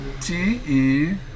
t-e